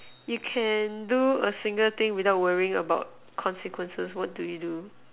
you can do a single thing without worrying about consequences what do you do